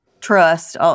trust